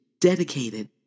dedicated